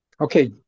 Okay